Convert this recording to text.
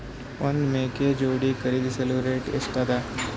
ಒಂದ್ ಮೇಕೆ ಜೋಡಿ ಖರಿದಿಸಲು ರೇಟ್ ಎಷ್ಟ ಅದ?